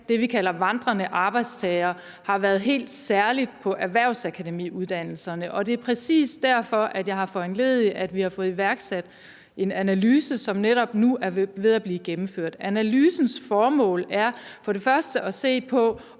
det, vi kalder vandrende arbejdstagere, har været helt særlig på erhvervsakademiuddannelserne. Og det er præcis derfor, at jeg har foranlediget iværksættelsen af en analyse, som netop nu er ved at blive gennemført. Analysens formål er for det første at se på,